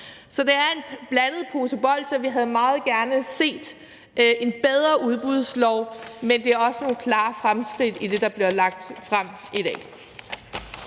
Så det er en blandet pose bolsjer, og vi havde meget gerne set en bedre udbudslov, men der er også nogle klare fremskridt i det, der bliver lagt frem i dag.